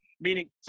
Meaning